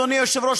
אדוני היושב-ראש,